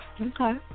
Okay